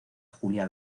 julia